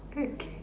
okay